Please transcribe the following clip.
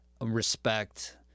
respect